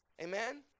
amen